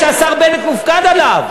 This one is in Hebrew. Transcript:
שהשר בנט מופקד עליה?